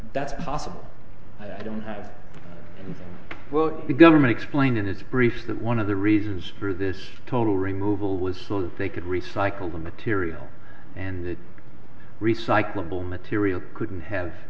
that's possible i don't have the government explain in its brief that one of the reasons for this total removal was so that they could recycle the material and that recyclable material couldn't have